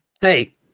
Hey